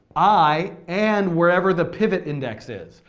i and wherever the pivot index is.